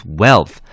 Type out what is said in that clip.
wealth